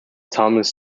tomas